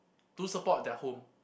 to support their home